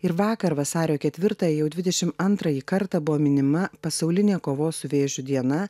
ir vakar vasario ketvirtą jau dvidešim antrąjį kartą buvo minima pasaulinė kovos su vėžiu diena